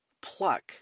pluck